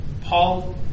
Paul